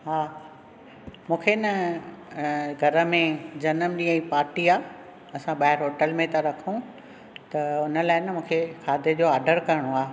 हा मूंखे न घर में जनमॾींहुं जी पार्टी आहे असां ॿाहिरि होटल में था रखूं त हुन लाइ न मूंखे खाधे जो ओर्डर करणो आहे